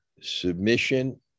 submission